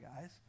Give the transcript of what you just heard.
guys